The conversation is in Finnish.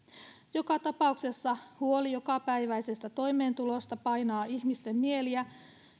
joka tapauksessa huoli jokapäiväisestä toimeentulosta painaa ihmisten mieltä